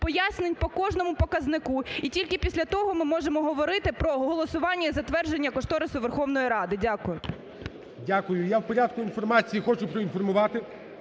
Пояснень по кожному показнику. І тільки після того ми можемо говорити про голосування і затвердження кошторису Верховної Ради. Дякую. ГОЛОВУЮЧИЙ. Дякую. Я в порядку інформації хочу проінформувати,